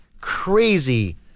crazy